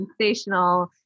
sensational